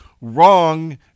wrong